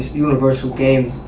universal game.